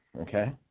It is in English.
Okay